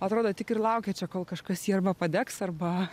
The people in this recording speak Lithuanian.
atrodo tik ir laukia čia kol kažkas jį arba padegs arba